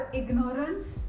ignorance